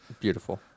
Beautiful